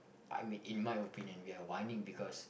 I mean in my opinion we are whining because